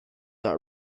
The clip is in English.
are